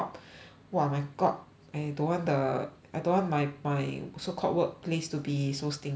!wah! my god and I don't want the I don't want my my so called workplace to be so stinky